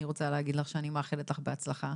אני רוצה להגיד לך שאני מאחלת לך בהצלחה.